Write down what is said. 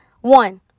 One